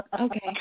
Okay